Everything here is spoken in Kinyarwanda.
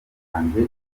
banjye